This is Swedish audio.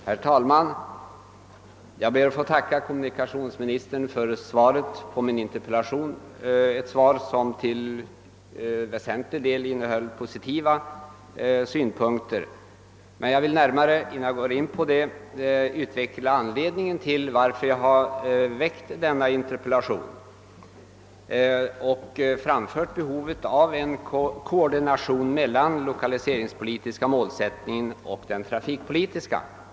Herr talman! Jag ber att få tacka kommunikationsministern för svaret på min interpellation, vilket till väsentlig del innehöll positiva synpunkter. Jag vill dock innan jag närmare går in på svaret utveckla anledningen till att jag framställt min interpellation och framhållit behovet av en koordination mellan den lokaliseringspolitiska och den trafikpolitiska målsättningen.